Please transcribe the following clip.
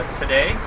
today